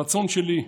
הרצון שלי,